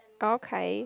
okay